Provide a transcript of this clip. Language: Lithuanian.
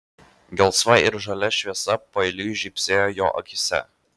gelsva ir žalia šviesa paeiliui žybsėjo jo akyse